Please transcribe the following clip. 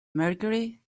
mercury